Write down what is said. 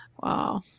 Wow